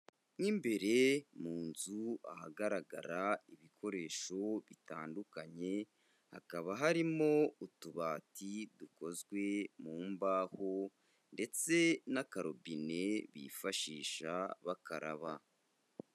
Mo imbere mu nzu ahagaragara ibikoresho bitandukanye, hakaba harimo utubati dukozwe mu mbaho ndetse n'akarobine bifashisha bakaraba.